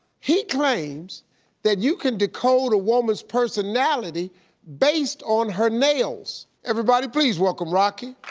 he claims that you can decode a woman's personality based on her nails. everybody please welcome rocky.